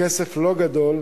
בכסף לא גדול,